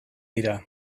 dira